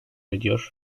ediyor